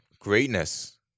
greatness